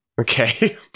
Okay